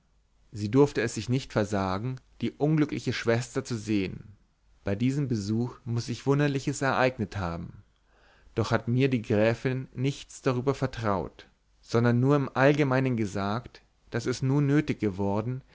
sie durfte es sich nicht versagen die unglückliche schwester zu sehen bei diesem besuch muß sich wunderliches ereignet haben doch hat mir die gräfin nichts darüber vertraut sondern nur im allgemeinen gesagt daß es nun nötig geworden